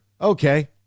Okay